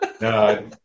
No